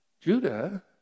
Judah